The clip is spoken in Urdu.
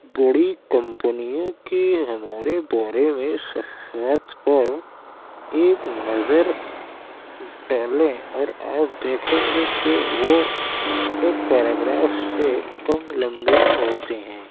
بڑی کمپنیوں کے ہمارے بارے میں صفحات پر ایک نظر ڈالیں اور آپ دیکھیں گے کہ وہ ایک پیراگراف سے کم لمبے ہوتے ہیں